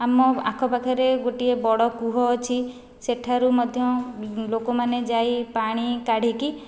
ଆମ ଆଖ ପାଖରେ ଗୋଟିଏ ବଡ଼ କୂଅ ଅଛି ସେଠାରୁ ମଧ୍ୟ ଲୋକମାନେ ଯାଇ ପାଣି କାଢ଼ିକି